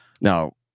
Now